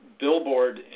billboard